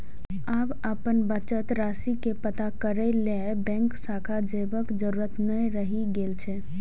आब अपन बचत राशि के पता करै लेल बैंक शाखा जयबाक जरूरत नै रहि गेल छै